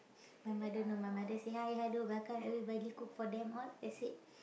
my mother know my mother say hi hello welcome everybody cook for them all I said